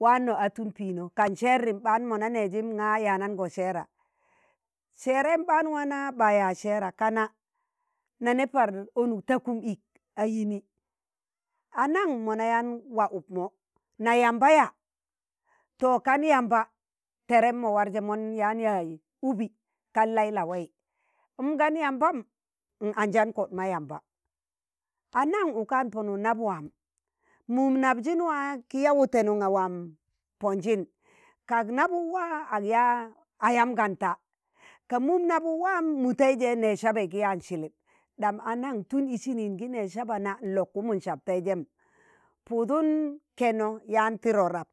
wạano ạtun pịino, kan sẹẹrnim ɓaan mo na nejim ɓaan nga yadanọ sẹẹra, sereyim ɓaan waana ɓa yaaz sẹẹra kana nani par onuk takun ik a yini anan? mona yaan waa ukmo na yamba ya? to kan yamba terem mo warje mon yan yaaz ubi, kan lai lawai n'kan yambam m'anjan ko ma yamba, ạnan ukam in ponuk nab waam? mum nabjin waa ki yaa wutenum ga waam pọnjin kak nabuk waa ag ya ayam ganta ka mum nabuk waam muteije nẹẹz sabai gi yaan silip ɗạm anan tun isin n gi nẹẹz saba na n'lok kumun sab tijem pụudun keno yaan tiro rab,